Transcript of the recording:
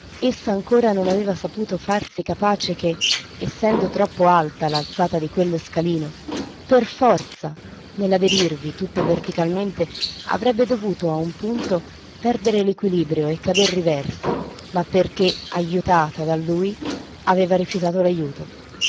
essa ancora non aveva saputo farsi capace che essendo troppo alta l'alzata di quello scalino per forza nell'aderirvi tutta verticalmente avrebbe dovuto a un punto perder l'equilibrio e cader riversa ma perché ajutata da lui aveva rifiutato